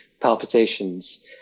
palpitations